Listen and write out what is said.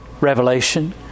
Revelation